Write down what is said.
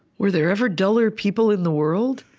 were there ever duller people in the world?